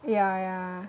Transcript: ya ya